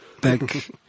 back